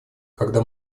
когда